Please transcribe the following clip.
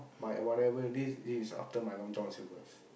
but whatever it is this is after my Long-John-Silvers